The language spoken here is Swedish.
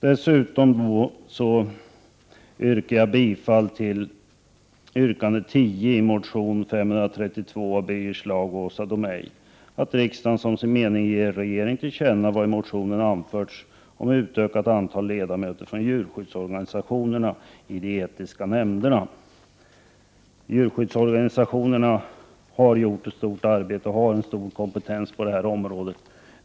Dessutom yrkar jag bifall till yrkande 10 i motion Jo532 av Birger Schlaug och Åsa Domeij, dvs. att riksdagen som sin mening ger regeringen till känna vad i motionen anförts om utökat antal ledamöter från djurskyddsorganisationerna i de etiska nämnderna. Djurskyddsorganisationerna har gjort ett stort arbete och har en stor kompetens på detta område.